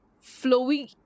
flowing